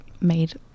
made